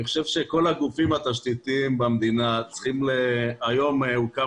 אני חושב שכל הגופים התשתיתיים במדינה היום הוקם